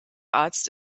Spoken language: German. arzt